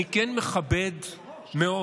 אני כן מכבד מאוד